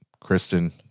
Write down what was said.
Kristen